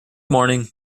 morning